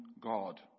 God